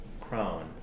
crown